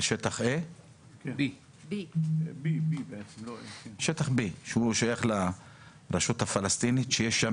הם בשטח B, שהוא שייך לרשות הפלסטינית ויש שם